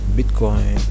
Bitcoin